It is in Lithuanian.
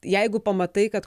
jeigu pamatai kad